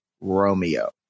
Romeo